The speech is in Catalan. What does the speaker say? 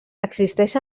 existeix